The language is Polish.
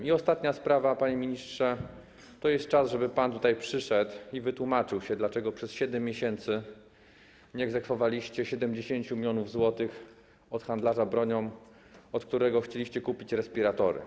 I ostatnia sprawa, panie ministrze, to jest czas, żeby pan tutaj przyszedł i wytłumaczył się, dlaczego przez 7 miesięcy nie egzekwowaliście 70 mln zł od handlarza bronią, od którego chcieliście kupić respiratory.